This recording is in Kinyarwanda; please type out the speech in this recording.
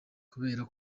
kubera